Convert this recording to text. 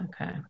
Okay